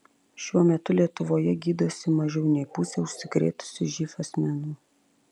šiuo metu lietuvoje gydosi mažiau nei pusė užsikrėtusių živ asmenų